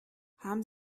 haben